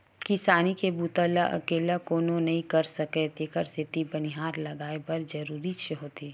किसानी के बूता ल अकेल्ला कोनो नइ कर सकय तेखर सेती बनिहार लगये बर जरूरीच होथे